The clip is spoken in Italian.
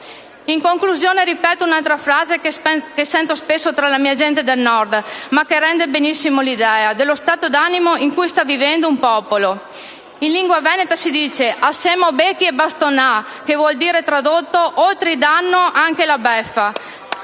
In conclusione, ripeto un'altra frase che sento spesso tra la mia gente del Nord e che rende benissimo l'idea dello stato d'animo in cui sta vivendo un popolo. In lingua veneta si dice: «A semo becchi e bastonà». Questa frase, tradotta, significa: oltre il danno, anche la beffa.